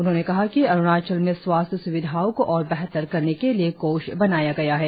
उन्होंने कहा कि अरुणाचल में स्वास्थ्य स्विधाओ को और बेहतर करने के लिए धनराशि लगाया गया है